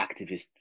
activists